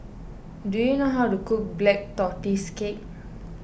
do you know how to cook Black Tortoise Cake